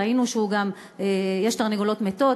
ראינו שיש תרנגולות מתות.